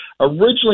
Originally